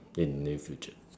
in near future